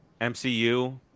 MCU